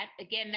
Again